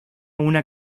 una